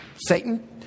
Satan